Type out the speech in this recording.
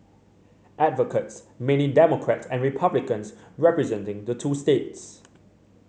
advocates mainly Democrats and Republicans representing the two states